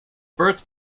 birth